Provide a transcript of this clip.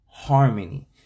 Harmony